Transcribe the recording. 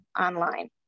online